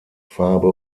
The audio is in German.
farbe